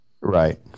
Right